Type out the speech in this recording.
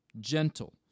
gentle